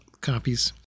copies